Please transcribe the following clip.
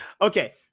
Okay